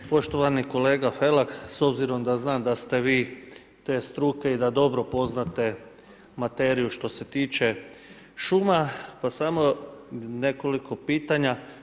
Poštovani kolega Felak, s obzirom da znam da ste vi te struke i da dobro poznate materiju što se tiče šuma, pa samo nekoliko pitanja.